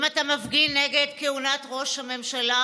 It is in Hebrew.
אם אתה מפגין נגד כהונת ראש הממשלה,